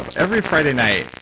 but every friday night,